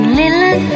little